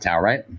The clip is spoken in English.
right